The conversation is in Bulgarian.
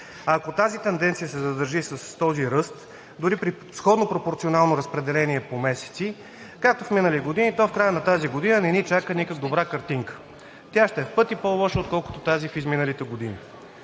Ако тази тенденцията се задържи с този ръст, дори при сходно пропорционално разпределение по месеци, както в минали години, то в края на тази година не ни чака никак добра картинка. Тя ще е в пъти по-лоша, отколкото тази в изминалите години.